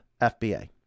FBA